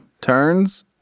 turns